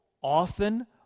often